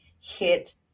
hit